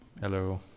Hello